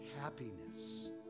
happiness